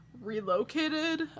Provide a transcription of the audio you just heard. relocated